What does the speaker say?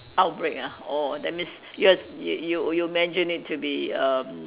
outbreak ah orh that means you're you you you imagine it to be erm